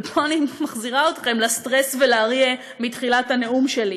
ופה אני מחזירה אתכם לסטרס ולאריה מתחילת הנאום שלי,